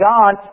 God